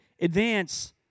advance